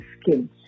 skin